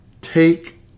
take